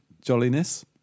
Jolliness